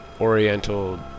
Oriental